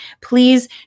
please